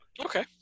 Okay